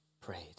prayed